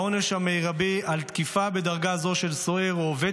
העונש המרבי על תקיפה בדרגה זו של סוהר או עובד